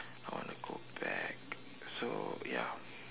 I want to go back so ya